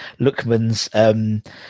lookman's